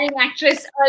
actress